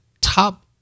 top